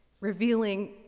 revealing